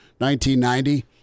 1990